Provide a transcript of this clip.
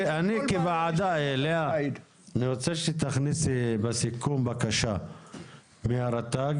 אני רוצה שתכניסי בסיכום בקשה מרט"ג